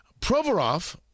Provorov